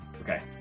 Okay